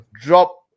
drop